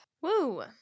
Woo